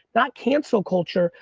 not cancel culture,